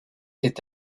est